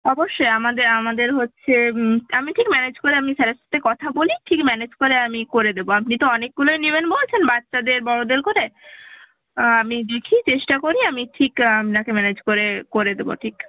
অবশ্যই আমাদের হচ্ছে আমি ঠিক ম্যানেজ করে আমি স্যারের সাথে কথা বলি ঠিক ম্যানেজ করে আমি করে দেব আপনি তো অনেকগুলোই নেবেন বলছেন বাচ্চাদের বড়দের করে আমি দেখি চেষ্টা করি আমি ঠিক আপনাকে ম্যানেজ করে করে দেব ঠিক